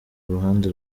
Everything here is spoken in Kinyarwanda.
ruhande